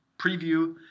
preview